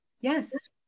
Yes